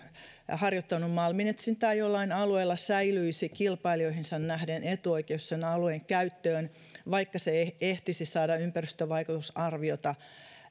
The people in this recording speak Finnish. harjoittanut malminetsintää jollain alueella säilyisi kilpailijoihinsa nähden etuoikeus sen alueen käyttöön vaikka se ei ehtisi saada ympäristövaikutusarviota